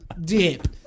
Dip